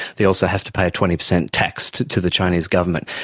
they also have to pay twenty percent tax to to the chinese government,